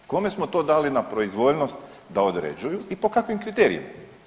Kome smo to dali na proizvoljnost da određuju i po kakvim kriterijima?